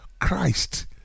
Christ